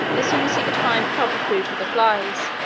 as soon as he could find proper food for the flies,